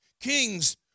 Kings